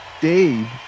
Dave